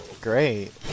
great